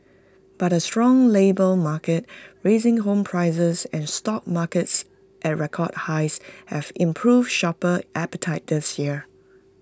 but A strong labour market rising home prices and stock markets at record highs have improved shopper appetite this year